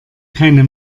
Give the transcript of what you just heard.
keine